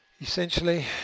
Essentially